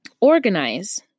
organize